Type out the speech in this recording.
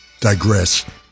Digress